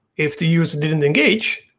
if the user didn't engage,